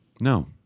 No